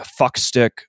fuckstick